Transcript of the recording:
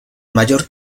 mayor